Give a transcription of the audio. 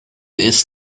ist